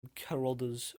carothers